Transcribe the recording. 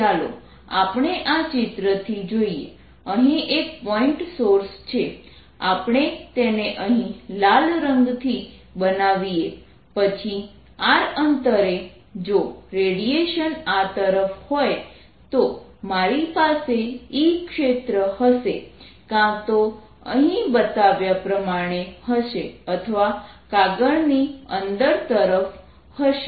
ચાલો આપણે આ ચિત્રથી જોઈએ અહીં એક પોઇન્ટ સોર્સ છે આપણે તેને અહીં લીલા રંગથી બનાવીએ પછી r અંતરે જો રેડિયેશન આ તરફ હોય તો મારી પાસે E ક્ષેત્ર હશે કાં તો અહીં બતાવ્યા પ્રમાણે હશે અથવા કાગળની અંદરની તરફ હશે